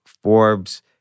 forbes